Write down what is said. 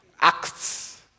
Acts